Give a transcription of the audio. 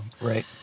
Right